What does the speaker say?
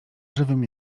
żywym